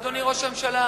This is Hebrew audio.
אדוני ראש הממשלה,